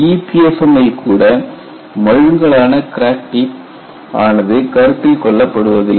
EPFM இல் கூட மழுங்கலான கிராக் டிப் ஆனது கருத்தில் கொள்ளப்படுவதில்லை